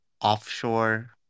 offshore